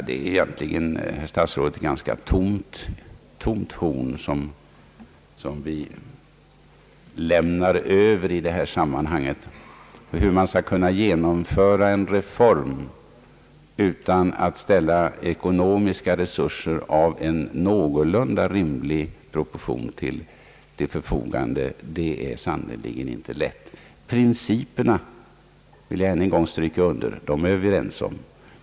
Det är egentligen, herr statsråd, ett ganska tomt horn som man här lämnar över, Att genomföra en reform utan att ställa ekonomiska resurser av någorlunda rimliga proportioner till förfogande är sannerligen inte lätt. Jag vill ännu en gång stryka under, att vi är överens om principerna.